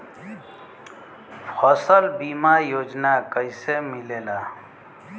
फसल बीमा योजना कैसे मिलेला?